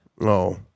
No